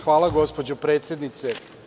Hvala, gospođo predsednice.